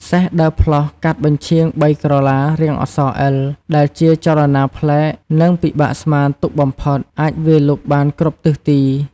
សេះ ដើរផ្លោះកាត់បញ្ឆៀងបីក្រឡា រាងអក្សរអិល ដែលជាចលនាប្លែក និងពិបាកស្មានទុកបំផុត អាចវាយលុកបានគ្រប់ទិសទី។